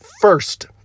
first